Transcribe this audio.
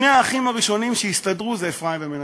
שני האחים הראשונים שהסתדרו, הם אפרים ומנשה.